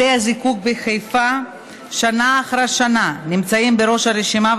בתי הזיקוק בחיפה שנה אחר שנה נמצאים בראש הרשימה,